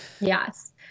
Yes